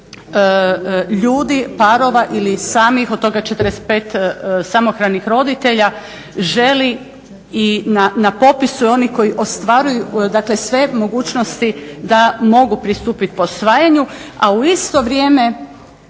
600 ljudi, parova ili samih od toga 45 samohranih roditelja želi i na popisu je onih koji ostvaruju sve mogućnosti da mogu pristupiti posvajanju, a u isto vrijeme